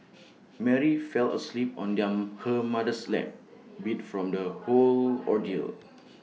Mary fell asleep on their her mother's lap beat from the whole ordeal